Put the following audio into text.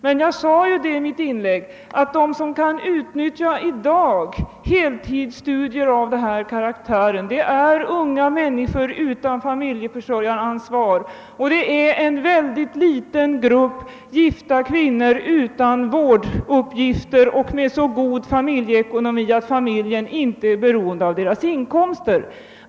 Men jag sade i mitt tidigare inlägg att de som i dag kan utnyttja heltidsstudier av denna karaktär är unga människor utan familjeförsörjaransvar och dessutom en mycket liten grupp gifta kvinnor utan vårduppgifter och med så god familjeekonomi att familjen inte är beroende av deras inkomster.